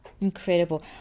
Incredible